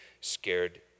scared